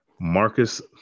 Marcus